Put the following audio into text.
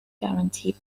guarantee